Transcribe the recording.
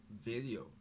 video